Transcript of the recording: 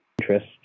interest